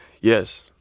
Yes